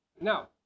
Now